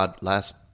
last